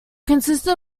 consisted